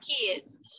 kids